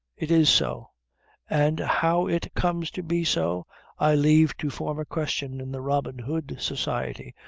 it is so and how it comes to be so i leave to form a question in the robin hood society,